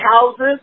houses